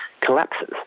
collapses